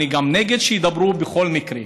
אני גם נגד שידברו בכל מקרה,